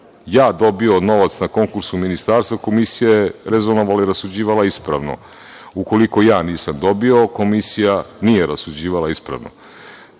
ja dobio novac na konkursu ministarstva, komisija je rezonovala i rasuđivala ispravno. Ukoliko ja nisam dobio, komisija nije rasuđivala ispravno.